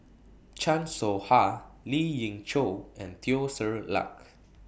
Chan Soh Ha Lien Ying Chow and Teo Ser Luck